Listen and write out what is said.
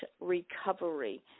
Recovery